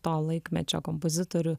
to laikmečio kompozitorių